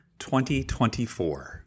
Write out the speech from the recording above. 2024